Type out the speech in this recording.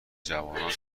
جوانان